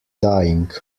dying